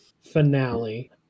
finale